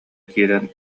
киирэн